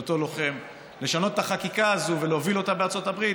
לוחם לשנות את החקיקה הזאת ולהוביל אותה בארצות הברית,